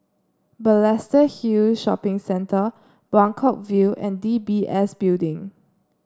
Balestier Hill Shopping Centre Buangkok View and D B S Building